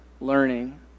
learning